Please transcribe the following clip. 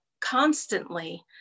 constantly